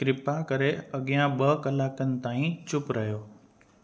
कृपा करे अॻियां ॿ कलाकनि ताईं चुप रहियो